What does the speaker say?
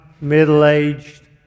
middle-aged